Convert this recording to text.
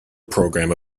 programme